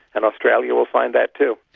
and australia will find that, too.